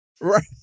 Right